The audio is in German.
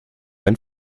ein